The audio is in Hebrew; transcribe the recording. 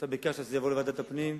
אתה ביקשת שזה יעבור לוועדת הפנים,